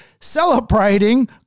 celebrating